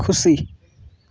ᱠᱷᱩᱥᱤ